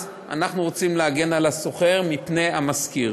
אז אנחנו רוצים להגן על השוכר מפני המשכיר.